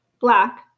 Black